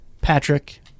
Patrick